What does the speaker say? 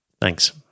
Thanks